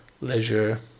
leisure